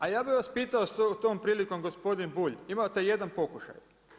A ja bih vas pitao tom prilikom gospodine Bulj, imate jedan pokušaj.